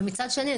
ומצד שני,